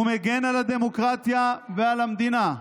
הוא מגן על הדמוקרטיה ועל המדינה,